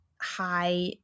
high